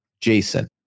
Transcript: Jason